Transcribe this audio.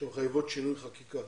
שמחייבות שינוי חקיקה.